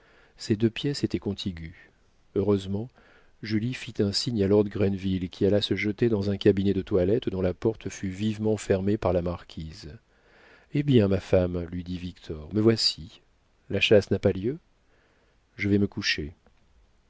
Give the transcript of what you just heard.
ces deux pièces étaient contiguës heureusement julie fit un signe à lord grenville qui alla se jeter dans un cabinet de toilette dont la porte fut vivement fermée par la marquise eh bien ma femme lui dit victor me voici la chasse n'a pas lieu je vais me coucher